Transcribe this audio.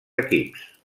equips